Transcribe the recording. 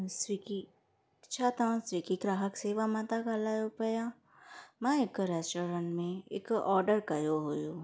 Swiggy छा तव्हां Swiggy ग्राहक शेवा मां ता ॻाल्हायो पिया मां हिकु रेस्टोरेंट में हिकु ऑडर कयो हुओ